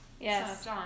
Yes